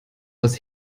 was